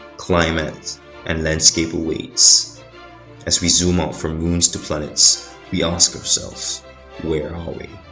climate and landscape awaits as we zoom out from moons to planets we ask ourselves where are we?